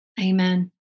Amen